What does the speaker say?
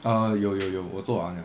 啊有有有我做完了